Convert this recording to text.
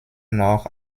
noch